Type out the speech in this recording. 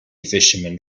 fisherman